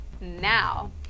now